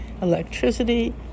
electricity